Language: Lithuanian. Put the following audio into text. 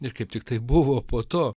ir kaip tik tai buvo po to